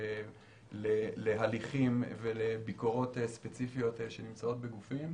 להליכים ולביקורות ספציפיות שנמצאות בגופים.